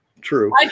true